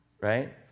right